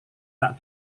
tak